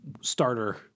starter